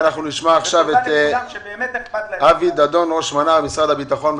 נשמע את אבי דדון, ראש מנה"ר, משרד הביטחון.